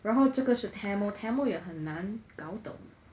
然后这个是 tamil tamil 也很难搞懂